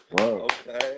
okay